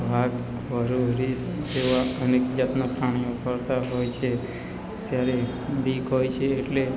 વાઘ વરૂ રીંછ જેવા અનેક જાતના પ્રાણીઓ ફરતા હોય છે ત્યારે બીક હોય છે એટલે